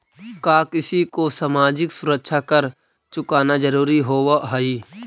का किसी को सामाजिक सुरक्षा कर चुकाना जरूरी होवअ हई